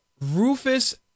Rufus